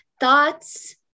thoughts